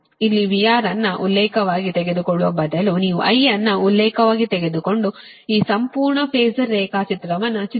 ಇಲ್ಲಿ VR ಅನ್ನು ಉಲ್ಲೇಖವಾಗಿ ತೆಗೆದುಕೊಳ್ಳುವ ಬದಲು ನೀವು I ಅನ್ನು ಉಲ್ಲೇಖವಾಗಿ ತೆಗೆದುಕೊಂಡು ಈ ಸಂಪೂರ್ಣ ಫಾಸರ್ ರೇಖಾಚಿತ್ರವನ್ನು ಚಿತ್ರಿಸಿ